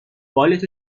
بالت